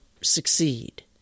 succeed